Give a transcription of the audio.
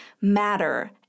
matter